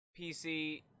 PC